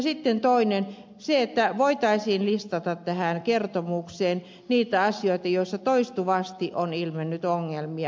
sitten toinen seikka on se että voitaisiin listata tähän kertomukseen niitä asioita joissa toistuvasti on ilmennyt ongelmia